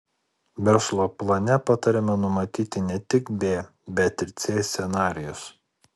verslo plane patariama numatyti ne tik b bet ir c scenarijus